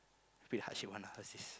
pick heart shape one lah what's this